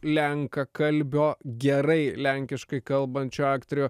lenkakalbio gerai lenkiškai kalbančių aktorių